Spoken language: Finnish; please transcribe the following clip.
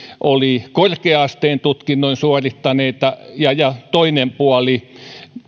oli korkea asteen tutkinnon suorittaneita ja ja toinen puoli